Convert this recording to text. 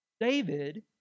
David